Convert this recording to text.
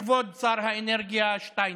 כבוד שר האנרגיה שטייניץ.